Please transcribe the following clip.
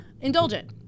indulgent